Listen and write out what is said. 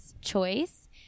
choice